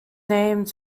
named